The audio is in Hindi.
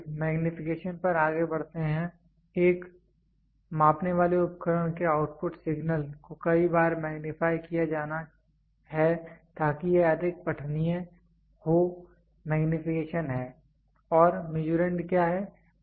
इसलिए मैग्नीफिकेशन पर आगे बढ़ते हैं एक मापने वाले उपकरण से आउटपुट सिग्नल को कई बार मैग्नीफाई किया जाना है ताकि यह अधिक पठनीय हो मैग्नीफिकेशन है और मीसुरंड क्या है